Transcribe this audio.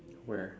where